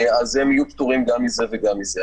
הם יהיו פטורים גם מזה וגם מזה.